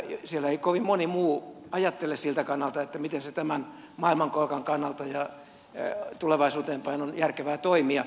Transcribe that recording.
siellä ei kovin moni muu ajattele siltä kannalta miten tämän maailmankolkan kannalta ja tulevaisuuteen päin on järkevää toimia